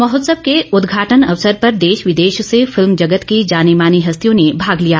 महोत्सव के उद्घाटन अवसर पर देश विदेश से फिल्म जगत की जानी मानी हस्तियों ने भाग लिया